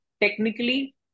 technically